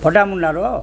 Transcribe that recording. ଫଟାମୁଣ୍ଡାର